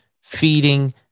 feeding